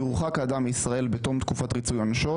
יורחק האדם מישראל בתום תקופת ריצוי עונשו,